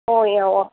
ஓ ஆ ஓ